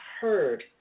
heard